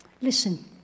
Listen